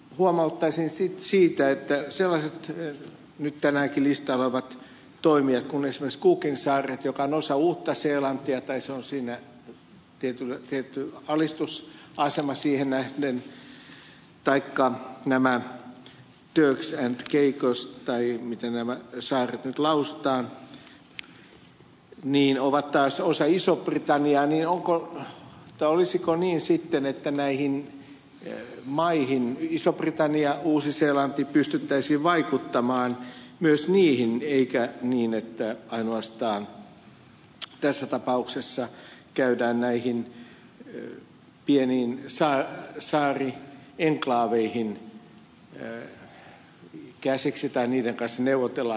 huomauttaisin siitä että sellaiset nyt tänäänkin listalla olevat toimijat kuin esimerkiksi cookinsaaret joka on osa uutta seelantia tai jolla on tietty alistusasema siihen nähden taikka turks ja caicossaaret miten nämä saaret nyt lausutaan jotka ovat taas osa isoa britanniaa niin olisiko sitten niin että pystyttäisiin vaikuttamaan myös näihin maihin iso britanniaan uuteen seelantiin eikä niin että tässä tapauksessa käydään ainoastaan näihin pieniin saarienklaaveihin käsiksi tai niiden kanssa neuvotellaan